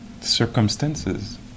circumstances